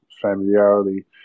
familiarity